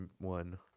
one